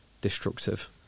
destructive